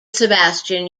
sebastian